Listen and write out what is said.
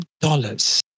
dollars